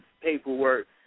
paperwork